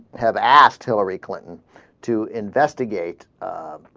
have asked hillary clinton to investigate